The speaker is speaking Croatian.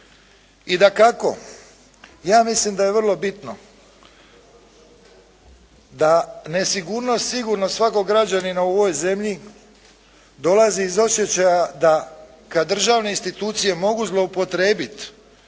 I dakako ja mislim da je vrlo bitno da nesigurnost sigurno svakog građanina u ovoj zemlji dolazi iz osjećaja da kad državne institucije mogu zloupotrijebiti